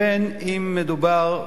בין שמדובר,